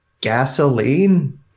gasoline